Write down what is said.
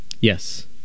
Yes